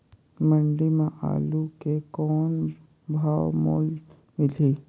मंडी म आलू के कौन भाव मोल मिलही?